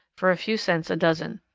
for a few cents a dozen.